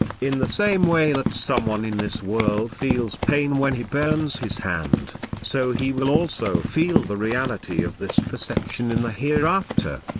in the same way that someone in this world feels pain when he burns his hand, so he will also feel the reality of this perception in the hereafter.